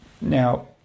Now